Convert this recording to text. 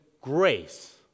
grace